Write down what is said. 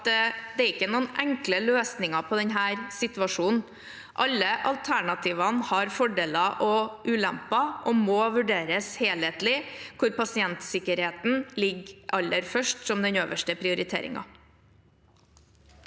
at det ikke er noen enkle løsninger på denne situasjonen. Alle alternativene har fordeler og ulemper og må vurderes helhetlig, og pasientsikkerheten kommer aller først, som den øverste prioriteringen.